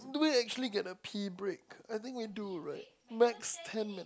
do we actually get a pee break I think we do right max ten minute